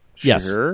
Yes